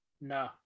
No